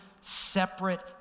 separate